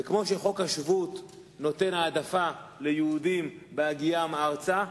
וכמו שחוק השבות נותן העדפה ליהודים בהגיעם ארצה,